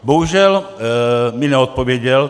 Bohužel mi neodpověděl.